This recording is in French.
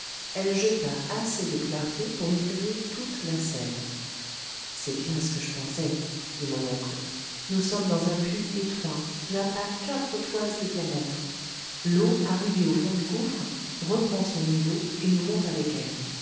elle jeta assez de clarté pour éclairer toute la scène c'est bien ce que je pensais dit mon oncle nous sommes dans un puits étroit qui n'a pas quatre toises de diamètre l'eau arrivée au fond du gouffre reprend son niveau et nous monte avec elle